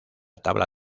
tabla